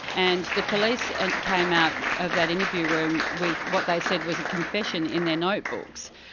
and the police and came out of that interview room with what they said was a confession in their notebooks.